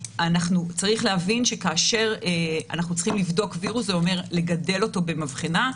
צריך להבין שכאשר אנחנו צריכים לבדוק וירוס זה אומר לגדל אותו במבחנה,